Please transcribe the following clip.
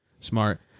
Smart